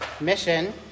Mission